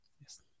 Yes